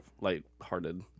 light-hearted